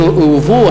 שהועברו,